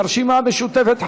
של הרשימה המשותפת,